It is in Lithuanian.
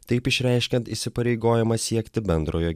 taip išreiškiant įsipareigojimą siekti bendrojo